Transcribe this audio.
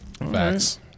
Facts